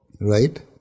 right